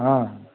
हॅं